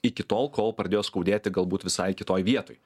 iki tol kol pradėjo skaudėti galbūt visai kitoj vietoj